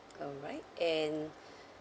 alright and